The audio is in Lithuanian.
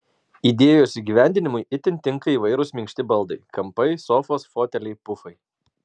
idėjos įgyvendinimui itin tinka įvairūs minkšti baldai kampai sofos foteliai pufai